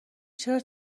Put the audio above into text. چرا